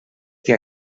que